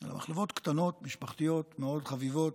אלא מחלבות קטנות, משפחתיות, מאוד חביבות.